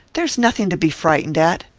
there's nothing to be frightened at.